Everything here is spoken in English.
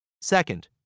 Second